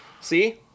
See